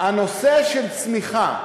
הנושא של צמיחה,